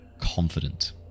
confident